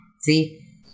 See